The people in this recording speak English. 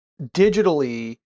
digitally